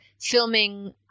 filming